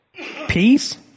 peace